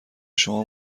شما